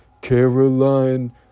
Caroline